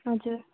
हजुर